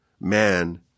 man